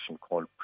called